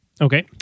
Okay